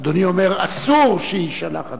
אדוני אומר: אסור שיישלח.